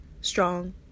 strong